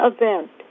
event